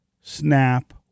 SNAP